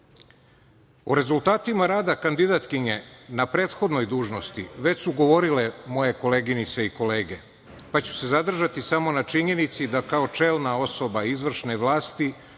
O rezultatima rada kandidatkinje na prethodnoj dužnosti već su govorile moje koleginice i kolege, pa ću se zadržati samo na činjenici da kao čelna osoba izvršne vlasti